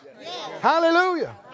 Hallelujah